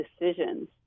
decisions